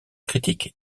critique